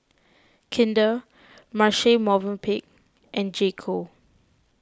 Kinder Marche Movenpick and J Co